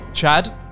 Chad